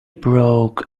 broke